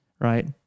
right